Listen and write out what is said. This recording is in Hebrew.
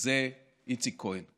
זה איציק כהן.